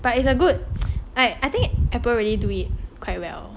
but it's a good like I think apple really do it quite well